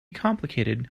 complicated